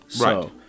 Right